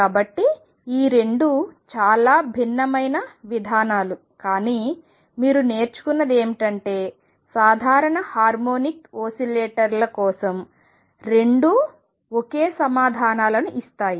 కాబట్టి ఈ రెండు చాలా భిన్నమైన విధానాలు కానీ మీరు నేర్చుకున్నది ఏమిటంటే సాధారణ హార్మోనిక్ ఓసిలేటర్ల కోసం రెండూ ఒకే సమాధానాలను ఇస్తాయి